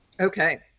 Okay